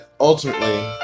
Ultimately